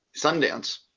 sundance